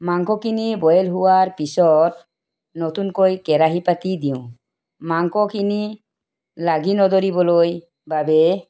মাংসখিনি বইল হোৱাৰ পিছত নতুনকৈ কেৰাহী পাতি দিওঁ মাংসখিনি লাগি নধৰিবলৈ বাবে